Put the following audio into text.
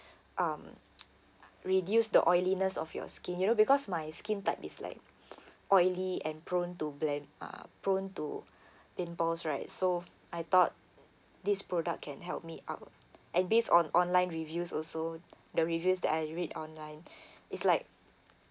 um reduce the oiliness of your skin you know because my skin type is like oily and prone to blend mah prone to pin balls right so I thought this product can help me out and based on online reviews also the reviews that I read online is like